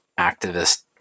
activist